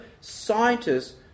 scientists